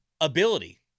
ability